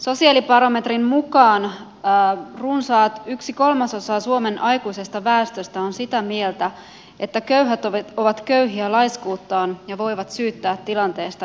sosiaalibarometrin mukaan runsas yksi kolmasosa suomen aikuisesta väestöstä on sitä mieltä että köyhät ovat köyhiä laiskuuttaan ja voivat syyttää tilanteesta itseään